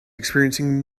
experiencing